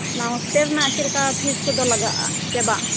ᱚᱱᱟ ᱦᱳᱥᱴᱮᱞ ᱨᱮᱱᱟᱜ ᱪᱮᱫ ᱞᱮᱠᱟ ᱯᱷᱤᱥ ᱠᱚᱫᱚ ᱞᱟᱜᱟᱜᱼᱟ ᱥᱮ ᱵᱟᱝ